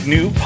New